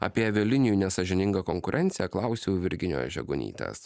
apie avialinijų nesąžiningą konkurenciją klausiau virginijos žegunytės